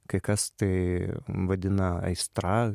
kai kas tai vadina aistra